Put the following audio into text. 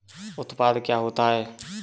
उत्पाद क्या होता है?